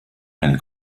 eine